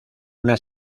una